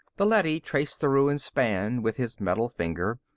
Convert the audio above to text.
the leady traced the ruined span with his metal finger,